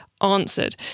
answered